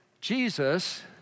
Jesus